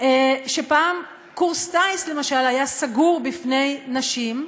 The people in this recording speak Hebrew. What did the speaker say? שפעם קורס טיס, למשל, היה סגור בפני נשים,